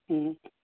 ꯎꯝ